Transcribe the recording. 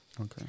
Okay